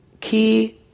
key